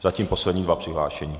Zatím poslední dva přihlášení.